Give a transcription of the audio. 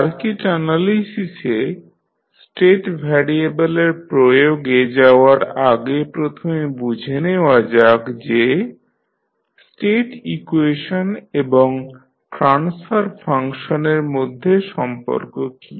circuit অ্যানালিসিসে state ভ্যারিয়েবলের প্রয়োগে যাওয়ার আগে প্রথমে বুঝে নেওয়া যাক যে স্টেট ইকুয়েশন এবং ট্রান্সফার ফাংশনের মধ্যে সম্পর্ক কী